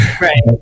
Right